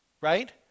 right